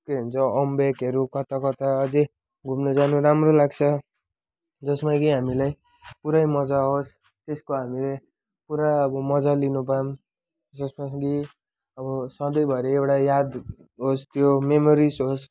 के भन्छ अम्बेकहरू कता कता अझै घुम्न जानु राम्रो लाग्छ जसमा कि हामीलाई पुरै मजा आओस् त्यसको हामीले पुरा अब मजा लिनुपऔँ जसमा कि अब सधैँभरि एउटा याद होस् त्यो मेमोरिस होस्